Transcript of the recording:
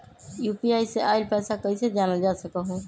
UPI से आईल पैसा कईसे जानल जा सकहु?